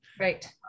right